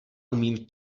umím